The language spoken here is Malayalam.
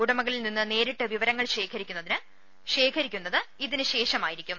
ഉടമ്കളിൽ നിന്ന് നേരിട്ട് വിവരങ്ങൾ ശേഖരിക്കുന്നത് ഇതിനുശേഷമായിരിക്കും